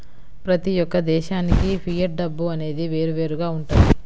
ప్రతి యొక్క దేశానికి ఫియట్ డబ్బు అనేది వేరువేరుగా వుంటది